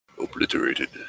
obliterated